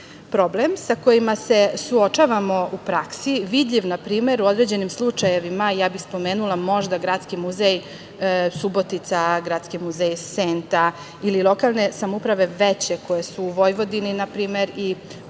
sa kojim se suočavamo u praksi vidljiv je na primer u određenim slučajevima. Ja bih spomenula možda Gradski muzej „Subotica“, Gradski muzej „Senta“ ili lokalne samouprave veće koje su u Vojvodini, na primer, i bogatije